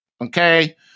okay